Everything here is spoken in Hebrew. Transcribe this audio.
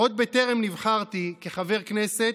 עוד טרם נבחרתי כחבר כנסת,